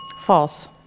False